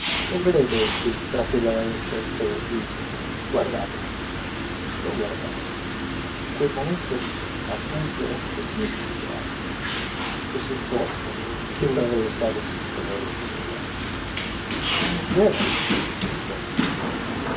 non vedete che gli trapela la dolcezza dal viso guardatelo lo guardai in quel momento appunto era così accigliato e così fosco che non avrei osato sostenere il suo sguardo è vero risposi